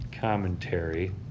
commentary